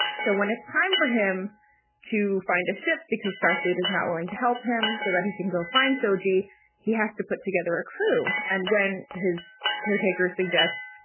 so when it's time for him to find the ship because starfleet is not willing to help him so that he can go find so saji, he has to put together a crew and when his caretakers suggest,